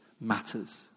matters